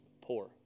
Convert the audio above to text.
poor